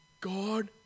God